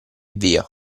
via